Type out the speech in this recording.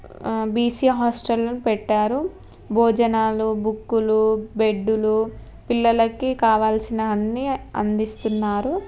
BC హాస్టళ్ళను పెట్టారు భోజనాలు బుక్కులు బెడ్డులు పిల్లలకి కావాల్సిన అన్నీ అందిస్తున్నారు